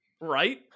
Right